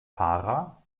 para